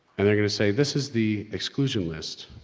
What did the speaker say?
and they're gonna say this is the exclusion list.